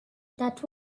that